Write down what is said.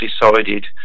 decided